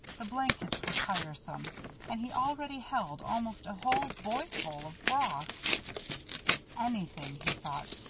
the blankets were tiresome and he already held almost a whole boyful of broth but anything, he thought,